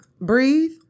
Breathe